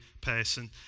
person